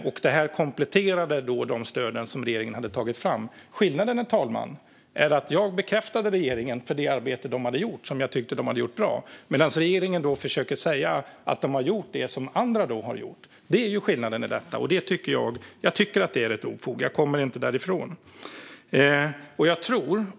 Våra förslag kompletterade de stöd som regeringen hade tagit fram. Skillnaden, herr ålderspresident, är att jag bekräftade regeringen för detta arbete som jag tyckte att de hade gjort bra, medan regeringen försöker säga att de har gjort det som andra har gjort. Jag tycker att det är ett ofog; det kommer jag inte ifrån.